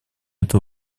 это